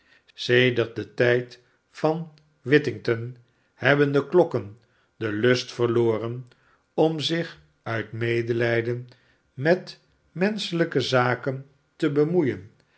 sedert den tijd van whittington hebben de klokken den lust yerloren pm zich uit medelijden met menschelijke zaken te bemoeien